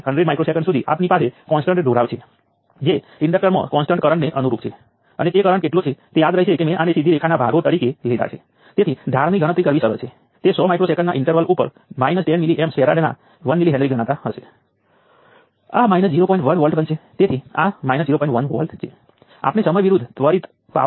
તેથી ચોક્કસ સમસ્યાઓમાં કેટલાક કરંટ અન્ય કરતાં વધુ રસ ધરાવતા હોઈ શકે છે પરંતુ આપણે જે સામાન્ય પદ્ધતિઓ શોધીએ છીએ આપણે સર્કિટમાં બધું સોલ્વ કરવાનો પ્રયાસ કરીશું